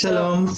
שלום.